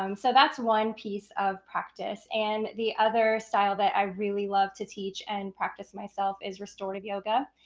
um so that's one piece of practice. and the other style that i really love to teach and practice myself is restorative yoga.